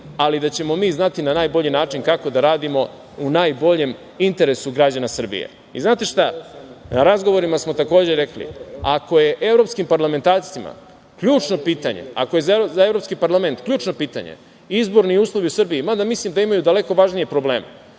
ali da ćemo mi znati na najbolji način kako da radimo u najboljem interesu građana Srbije. Znate šta, na razgovorima smo takođe rekli, ako je za Evropski parlament ključno pitanje izborni uslovi u Srbiji, mada mislim da imaju daleko važnije probleme,